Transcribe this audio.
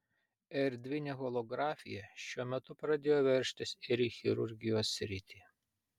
erdvinė holografija šiuo metu pradėjo veržtis ir į chirurgijos sritį